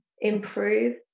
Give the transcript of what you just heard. improve